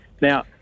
Now